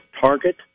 target